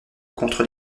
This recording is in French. contre